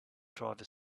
driver